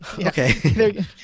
okay